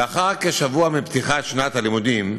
לאחר כשבוע מפתיחת שנת הלימודים,